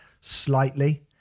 slightly